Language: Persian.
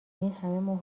اینهمه